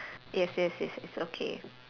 yes yes it's it's okay